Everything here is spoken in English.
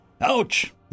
Ouch